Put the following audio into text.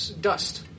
dust